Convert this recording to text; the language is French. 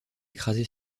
écrasé